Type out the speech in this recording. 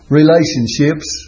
relationships